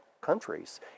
countries